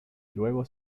luego